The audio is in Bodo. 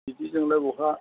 बिदिजोंलाय बहा